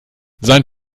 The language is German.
sein